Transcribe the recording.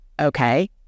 okay